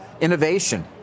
innovation